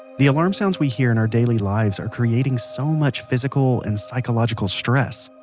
the alarm sounds we hear in our daily lives are creating so much physical and psychological stress,